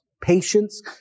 patience